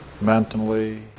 mentally